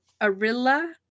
Arilla